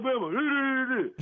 Alabama